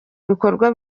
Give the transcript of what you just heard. bikorwa